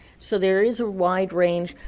so there is a wide range,